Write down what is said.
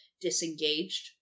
disengaged